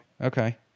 Okay